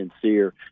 sincere